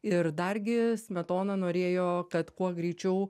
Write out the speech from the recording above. ir dargi smetona norėjo kad kuo greičiau